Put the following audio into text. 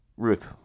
Ruth